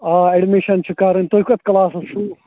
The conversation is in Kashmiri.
آ اٮ۪ڈمِشن چھِ کَرٕںۍ تُہۍ کَتھ کٕلاسَس چھُو